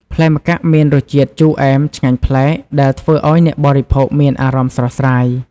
ផ្លែម្កាក់មានរសជាតិ ជូរអែម ឆ្ងាញ់ប្លែក ដែលធ្វើឲ្យអ្នកបរិភោគមានអារម្មណ៍ស្រស់ស្រាយ។